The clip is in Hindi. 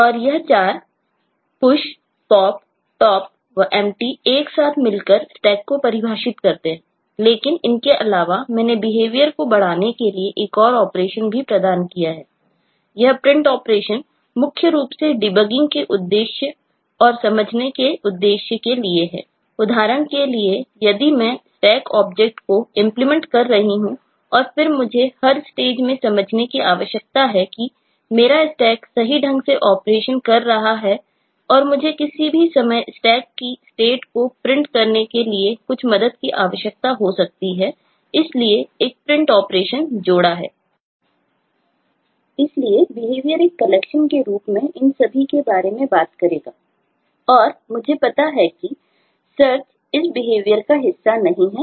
और यह चारऑपरेशन जोड़ा है